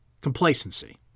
Complacency